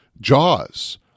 Jaws